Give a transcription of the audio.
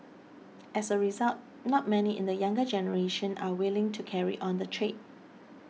as a result not many in the younger generation are willing to carry on the trade